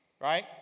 Right